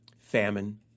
famine